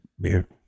beer